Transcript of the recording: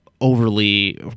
overly